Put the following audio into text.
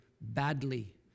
badly